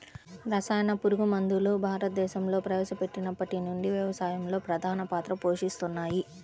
రసాయన పురుగుమందులు భారతదేశంలో ప్రవేశపెట్టినప్పటి నుండి వ్యవసాయంలో ప్రధాన పాత్ర పోషిస్తున్నాయి